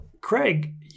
Craig